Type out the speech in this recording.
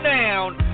down